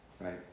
right